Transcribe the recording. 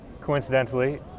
coincidentally